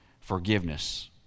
forgiveness